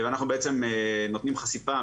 ואנחנו בעצם נותנים חשיפה,